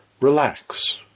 relax